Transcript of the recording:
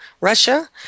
Russia